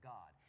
God